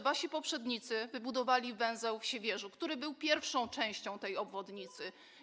Wasi poprzednicy wybudowali węzeł w Siewierzu, który był pierwszą częścią tej obwodnicy.